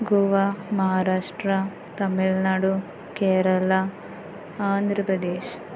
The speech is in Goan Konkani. गोवा महाराष्ट्रा तमिलनाडू केरला आंध्र प्रदेश